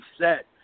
set